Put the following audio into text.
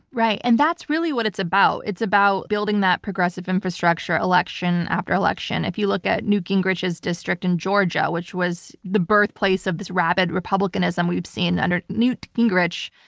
right. and that's really what it's about. it's about building that progressive infrastructure election after election. if you look at newt gingrich's district in georgia, which was the birthplace of this rabid republicanism we've seen under newt gingrich,